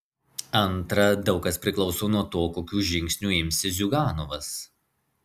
antra daug kas priklauso nuo to kokių žingsnių imsis ziuganovas